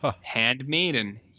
Handmaiden